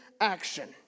action